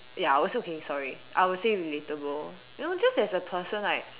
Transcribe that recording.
ya I also feeling sorry I will say relatable you know just as a person like